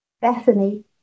Bethany